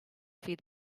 feed